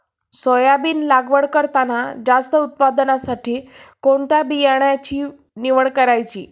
Soybean लागवड करताना जास्त उत्पादनासाठी कोणत्या बियाण्याची निवड करायची?